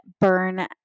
burn